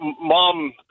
mom